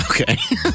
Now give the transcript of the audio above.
Okay